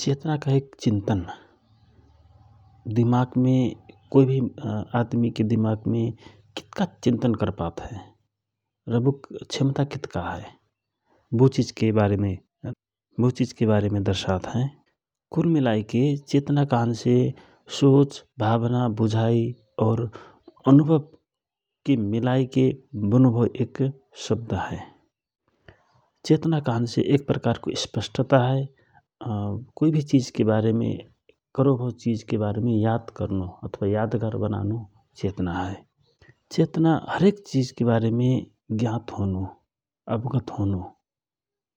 चेतना कहेक चिन्तन दिमागमे कोइ भि आदमिक दिमाग मे चिन्तन करपात हए र बुक क्षमता कितका हए बो चिजके बारेमे बो चिजके बारेम दर्शात हए । कुल मिलाएके चेतना कहेक सोच, भावना बुझाइ और अनुभवके मिलाइके बनोभव एक शब्द हए । चेतना कहनसे एक प्रकारको स्पष्टता हए ,कोइ भि चिजके बारेमा कारो भौ चिजके बारेमे याद करनो यादगार बनानो चेतना हए । चेतना हरेक चिजके बारेमे ज्ञात होनो ,अवगत होना,